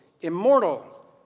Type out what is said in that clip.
immortal